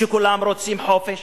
שכולם רוצים חופש,